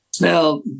Now